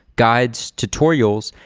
guides, tutorials,